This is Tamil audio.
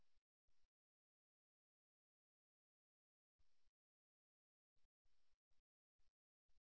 அவர்களின் உடல் மொழியைக் கட்டுப்படுத்துங்கள் அவர்கள் பெரும்பாலும் முகபாவங்கள் மற்றும் கை மற்றும் கை சைகைகளில் கவனம் செலுத்துகிறார்கள்